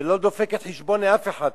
ולא דופקת חשבון לאף אחד פה,